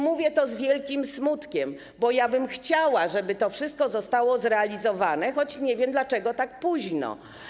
Mówię to z wielkim smutkiem, bo chciałabym, żeby to wszystko zostało zrealizowane, choć nie wiem, dlaczego tak późno.